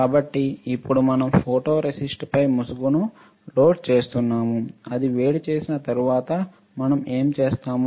కాబట్టి ఇప్పుడు మనం ఫోటోరేసిస్ట్పై ముసుగును లోడ్ చేస్తున్నాము అది వేడిచేసిన తర్వాత మనం ఏమి చేస్తాము